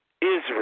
Israel